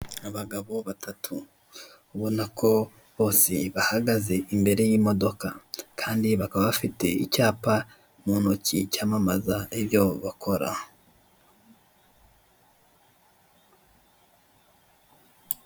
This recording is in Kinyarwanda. Abagabo batatu ubona ko bose bahagaze imbere y'imodoka kandi bakaba bafite icyapa mu ntoki cyamamaza ibyo bakora.